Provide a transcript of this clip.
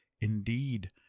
Indeed